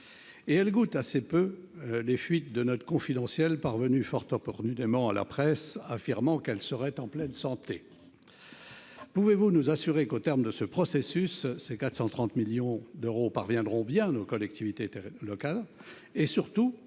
et elle goûte assez peu les fuites de notes confidentielles parvenu fort opportunément à la presse, affirmant qu'elle serait en pleine santé, pouvez-vous nous assurer qu'au terme de ce processus, ces 430 millions d'euros parviendrons bien aux collectivités locales